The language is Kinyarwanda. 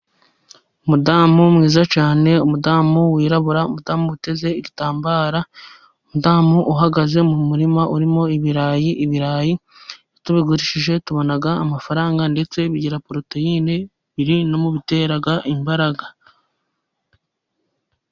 Umudamu mwiza cyane umudamu wirabura, umadamu uteze igitambara umudamu uhagaze mu murima urimo ibirayi. Ibirayi iyo tubigurishije tubona amafaranga, ndetse bigira poroteyine biri mu bitera imbaraga.